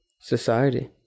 society